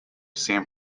san